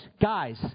guys